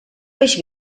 peix